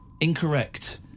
Incorrect